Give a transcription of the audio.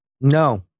No